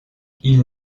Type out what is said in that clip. ils